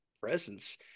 presence